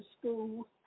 school